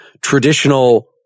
traditional